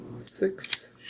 six